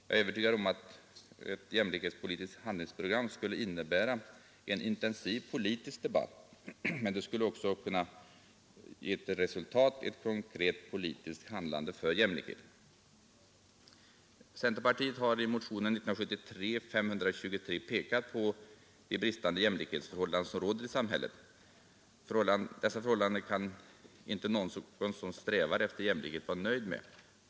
Jag är övertygad om att ett jämlikhetspoli tiskt handlingsprogram skulle innebära en intensiv politisk debatt, men det skulle också kunna ge till resultat ett konkret politiskt handlande för jämlikhet. Centerpartiet har i motionen 523 pekat på de bristande jämlikhetsförhållanden som råder i samhället. Dessa förhållanden kan inte någon som strävar efter jämlikhet vara nöjd med.